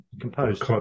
composed